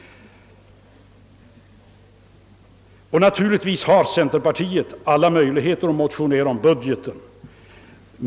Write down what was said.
Naturligtvis har centerpartiet alla möjligheter att motionera om budgeten.